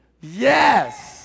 Yes